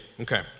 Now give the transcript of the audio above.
Okay